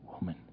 woman